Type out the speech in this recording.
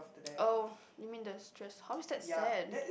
oh you mean the stress how is that sad